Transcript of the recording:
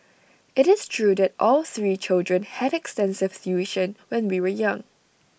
IT is true that all three children had extensive tuition when we were young